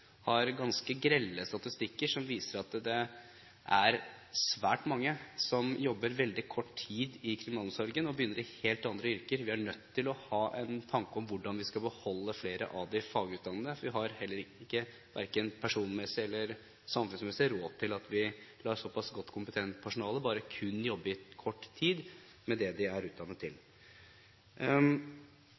har ganske grelle statistikker som viser at det er svært mange som jobber veldig kort tid i kriminalomsorgen, og så begynner i helt andre yrker. Vi er nødt til å ha en tanke om hvordan vi skal beholde flere av de fagutdannede, for vi har heller ikke, verken personmessig eller samfunnsmessig, råd til at vi lar såpass godt kompetent personale jobbe i kun kort tid med det de er utdannet til.